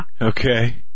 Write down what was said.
Okay